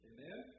Amen